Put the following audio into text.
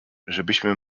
żebyśmy